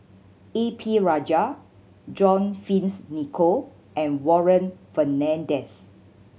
A P Rajah John Fearns Nicoll and Warren Fernandez